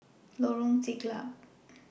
Lorong Siglap